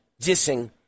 dissing